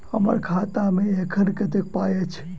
हम्मर खाता मे एखन कतेक पाई अछि?